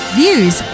views